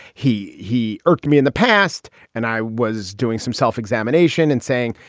he he irked me in the past and i was doing some self-examination and saying,